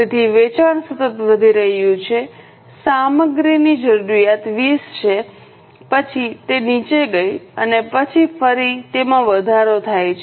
તેથી વેચાણ સતત વધી રહ્યું છે સામગ્રીની જરૂરિયાત 20 છે પછી તે નીચે ગઈ અને પછી ફરી તેમાં વધારો થાય છે